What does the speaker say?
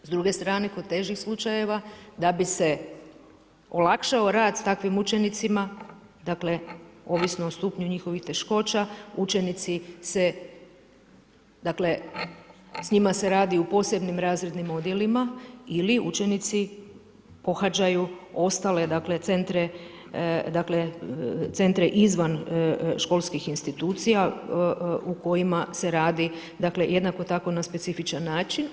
S druge strane, kod težih slučajeva da bi se olakšao rad s takvim učenicima, dakle, ovisno o stupnju njihovih teškoća, učenici se, dakle, s njima se radi u posebnim razrednim odjelima ili učenici pohađaju ostale, dakle, centre, dakle, centre izvan školskih institucija u kojima se radi, dakle, jednako tako na specifičan način.